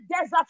desert